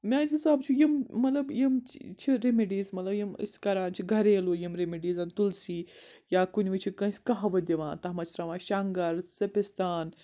میٛانہِ حِساب چھُ یِم مطلب یِم چھِ چھِ رِمِڈیٖز مطلب یِم أسۍ کَران چھِ گریلوٗ یِم رمِڈیٖزَن تُلسی یا کُنہِ وِزِ چھِ کٲنٛسہِ کَہوٕ دِوان تَتھ مَنٛز چھِ ترٛاوان شَنٛگَر سیٚپِستان